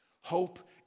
Hope